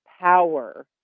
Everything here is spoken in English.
power